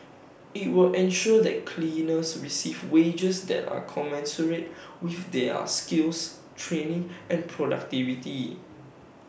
IT will ensure that cleaners receive wages that are commensurate with their skills training and productivity